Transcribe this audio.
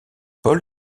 paul